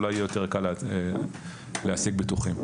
אולי יהיה יותר קל להשיג ביטוחים.